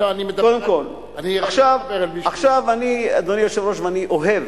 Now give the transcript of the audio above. אני, עכשיו, אדוני היושב-ראש, ואני אוהב,